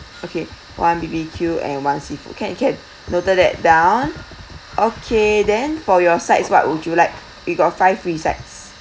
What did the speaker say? okay one B_B_Q and one seafood can can noted that down okay then for your sides what would you like you got five free sides